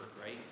right